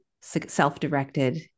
self-directed